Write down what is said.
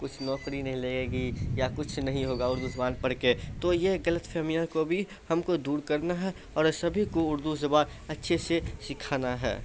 کچھ نوکری نہیں لگے گی یا کچھ نہیں ہوگا اردو زبان پڑھ کے تو یہ غلط فہمیاں کو بھی ہم کو دور کرنا ہے اور سبھی کو اردو زبان اچھے سے سکھانا ہے